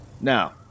Now